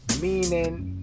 meaning